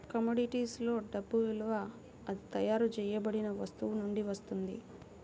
commodities లో డబ్బు విలువ అది తయారు చేయబడిన వస్తువు నుండి వస్తుంది